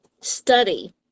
study